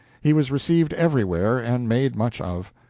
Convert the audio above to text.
he was received everywhere and made much of.